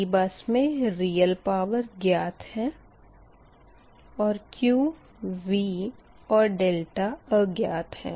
P bus मे real power ज्ञात है और Q V और अज्ञात है